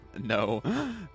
No